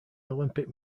olympic